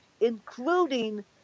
including